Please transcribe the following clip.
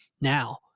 now